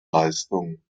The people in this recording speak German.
leistung